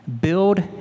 build